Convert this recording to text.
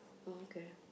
okay